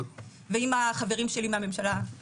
ואם החברים שלי מהממשלה.